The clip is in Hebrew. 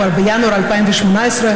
כבר בינואר 2018,